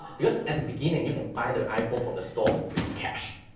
because, at the beginning, you can buy their iphone from the store with cash.